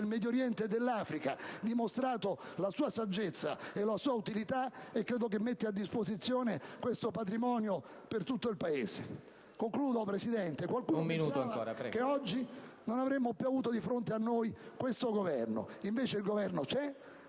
Medio Oriente e dell'Africa ha dimostrato la sua saggezza e utilità, e mette a disposizione questo patrimonio per tutto il Paese. Qualcuno pensava che oggi non avremmo più avuto di fronte a noi questo Governo; invece il Governo c'è,